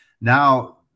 Now